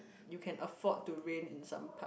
you can afford to rain in some part